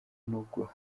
nubwo